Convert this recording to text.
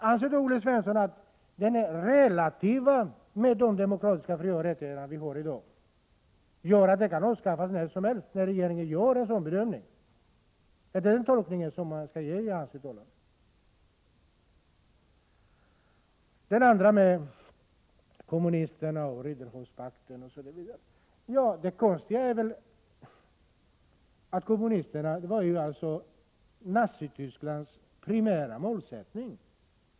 Anser Olle Svensson att de demokratiska frioch rättigheter vi har i dag är relativa och kan avskaffas när som helst när regeringen gör en sådan bedömning? Är det den tolkningen man skall ge hans uttalande? Så till kommunisterna och Ribbentroppakten. Det konstiga är väl att kommunisterna var Nazitysklands primära måltavla.